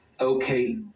Okay